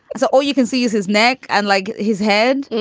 so all you can see is his neck and like his head.